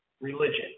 religion